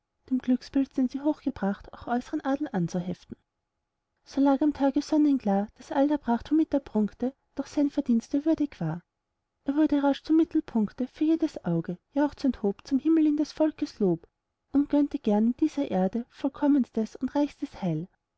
dem glückspilz den sie hoch gebracht auch äußern adel anzuheften so lag am tage sonnenklar daß all der pracht womit er prunkte durch sein verdienst er würdig war er wurde rasch zum mittelpunkte für jedes auge jauchzend hob zum himmel ihn des volkes lob und gönnte gern ihm dieser erde vollkommenstes und reichstes heil